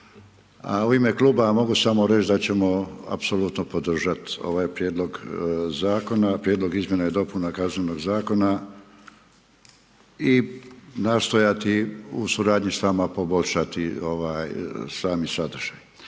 u ime Kluba mogu samo reći da ćemo apsolutno podržati ovaj prijedlog zakona, prijedlog izmjena i dopuna Kaznenog zakona i nastojati u suradnji s vama poboljšati sami sadržaj.